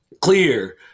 clear